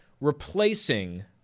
replacing